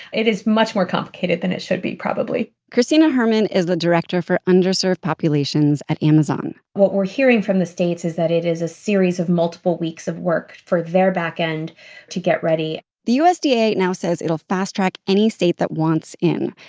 it is much more complicated than it should be, probably kristina herrmann is the director for underserved populations at amazon what we're hearing from the states is that it is a series of multiple weeks of work for their back end to get ready the usda now says it'll fast-track any state that wants in,